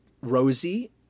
Rosie